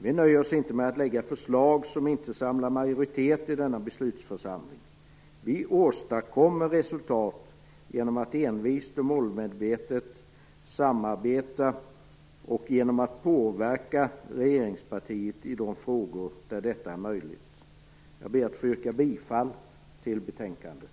Vi nöjer oss inte med att lägga fram förslag som inte samlar majoritet i denna beslutsförsamling. Vi åstadkommer resultat genom att envist och målmedvetet samarbeta och genom att påverka regeringspartiet i de frågor där detta är möjligt. Jag ber att få yrka bifall till hemställan i betänkandet.